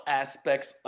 aspects